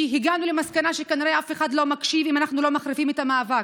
כי הגענו למסקנה שכנראה אף אחד לא מקשיב אם אנחנו לא מחריפים את המאבק.